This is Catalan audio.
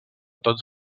tots